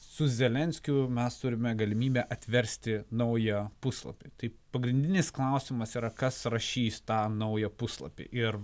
su zelenskiu mes turime galimybę atversti naują puslapį tai pagrindinis klausimas yra kas rašys tą naują puslapį ir